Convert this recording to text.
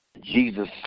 Jesus